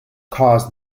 cast